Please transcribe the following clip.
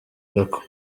gako